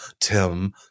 Tim